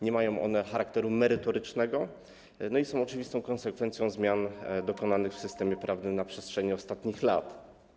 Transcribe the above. Nie mają one charakteru merytorycznego i są oczywistą konsekwencją zmian dokonanych w systemie prawnym na przestrzeni ostatnich lat.